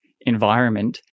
environment